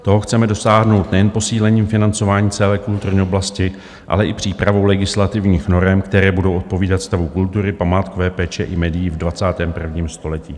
Toho chceme dosáhnout nejen posílením financování celé kulturní oblasti, ale i přípravou legislativních norem, které budou odpovídat stavu kultury, památkové péče i médií v 21. století.